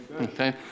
okay